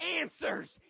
answers